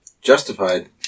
justified